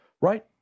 Right